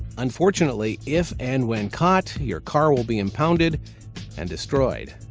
unfortunately, if and when caught your car will be impounded and destroyed.